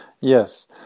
Yes